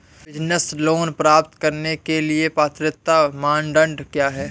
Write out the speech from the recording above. Business loan प्राप्त करने के लिए पात्रता मानदंड क्या हैं?